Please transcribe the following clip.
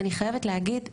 אני חייבת להגיד,